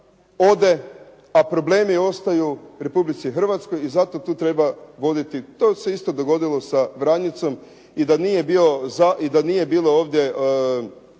ode, a problemi ostaju Republici Hrvatskoj i zato tu treba voditi. To se isto dogodilo sa Vranjicom. I da nije bilo ovdje